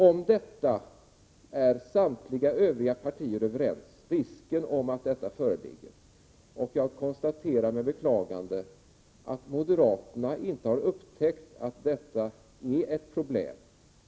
Om denna risk är samtliga övriga partier överens, och jag konstaterar med beklagande att moderaterna inte upptäckt att detta är ett problem.